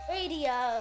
Radio